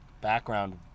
background